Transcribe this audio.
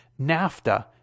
NAFTA